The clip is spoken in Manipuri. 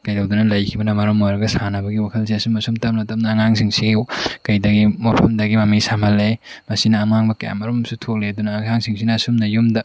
ꯀꯩꯗꯧꯗꯅ ꯂꯩꯈꯤꯕꯅ ꯃꯔꯝ ꯑꯣꯏꯔꯒ ꯁꯥꯟꯅꯕꯒꯤ ꯋꯥꯈꯜꯁꯦ ꯑꯁꯨꯝ ꯑꯁꯨꯝ ꯇꯞꯅ ꯇꯞꯅ ꯑꯉꯥꯡꯁꯤꯡꯁꯤꯒꯤ ꯀꯩꯗꯒꯤ ꯃꯐꯝꯗꯒꯤ ꯃꯃꯤ ꯁꯥꯝꯍꯜꯂꯦ ꯃꯁꯤꯅ ꯑꯃꯥꯡꯕ ꯀꯌꯥꯃꯔꯨꯝꯁꯨ ꯊꯣꯛꯂꯛꯑꯦ ꯑꯗꯨꯅ ꯑꯉꯥꯡꯁꯤꯡꯁꯤꯅ ꯑꯁꯨꯝꯅ ꯌꯨꯝꯗ